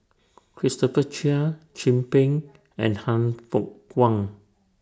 Christopher Chia Chin Peng and Han Fook Kwang